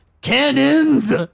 Cannons